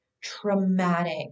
traumatic